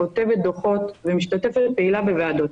כותבת דוחות ומשתתפת פעילה בוועדות.